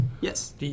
Yes